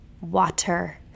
water